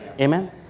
amen